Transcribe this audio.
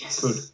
Good